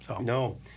No